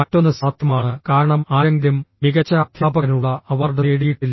മറ്റൊന്ന് സാധ്യമാണ് കാരണം ആരെങ്കിലും മികച്ച അധ്യാപകനുള്ള അവാർഡ് നേടിയിട്ടില്ല